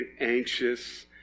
anxious